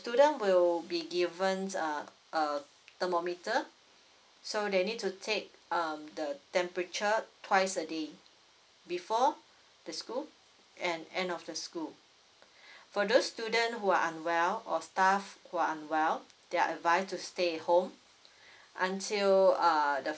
student will be given uh a thermometer so they need to take um the temperature twice a day before the school and end of the school for those student who are unwell or staff who are unwell they are advise to stay at home until uh the